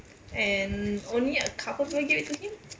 and only a couple of them gave it to him